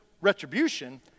retribution